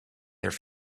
their